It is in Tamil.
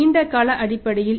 நீண்ட கால அடிப்படையில்